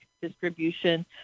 distribution